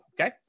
okay